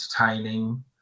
entertaining